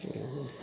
ହୁଁ